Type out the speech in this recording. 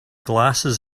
glasses